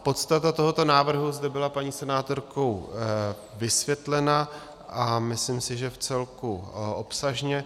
Podstata tohoto návrhu zde byla paní senátorkou vysvětlena a myslím si, že vcelku obsažně.